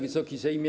Wysoki Sejmie!